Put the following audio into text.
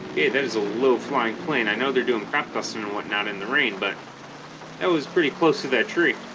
that is a low flying plane i know they're doing crap custom and whatnot in the rain but that was pretty close to that tree